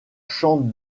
chantent